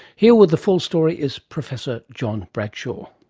here with the full story is professor john bradshaw.